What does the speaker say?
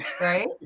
right